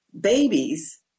babies